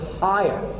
higher